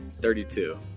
thirty-two